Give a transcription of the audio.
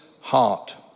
heart